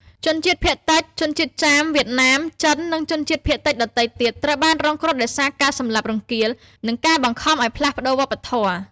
ជនជាតិភាគតិច ជនជាតិចាម វៀតណាម ចិន និងជនជាតិភាគតិចដទៃទៀត ត្រូវបានរងគ្រោះដោយការសម្លាប់រង្គាល និងការបង្ខំឱ្យផ្លាស់ប្តូរវប្បធម៌។